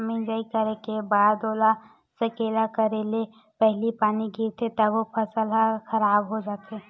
मिजई करे के बाद ओला सकेला करे ले पहिली पानी गिरगे तभो फसल ह खराब हो जाथे